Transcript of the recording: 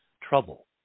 trouble